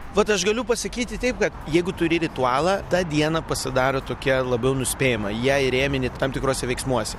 vat aš galiu pasakyti taip kad jeigu turi ritualą ta diena pasidaro tokia labiau nuspėjama ją įrėmini tam tikruose veiksmuose